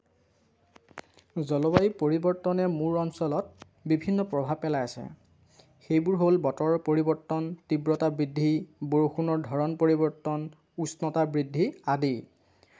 জলবায়ুৰ পৰিৱৰ্তনে মোৰ অঞ্চলত বিভিন্ন প্ৰভাৱ পেলাই আছে সেইবোৰ হ'ল বতৰৰ পৰিৱৰ্তন তীব্ৰতা বৃদ্ধি বৰষুণৰ ধৰণ পৰিৱৰ্তন উষ্ণতা বৃদ্ধি আদি